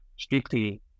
strictly